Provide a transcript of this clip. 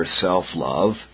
self-love